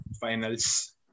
finals